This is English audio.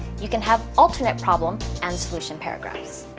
you can have alternate problem and solution paragraphs.